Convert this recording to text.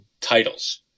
titles